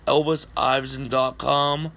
ElvisIverson.com